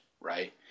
right